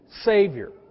Savior